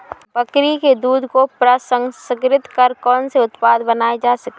बकरी के दूध को प्रसंस्कृत कर कौन से उत्पाद बनाए जा सकते हैं?